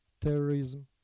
terrorism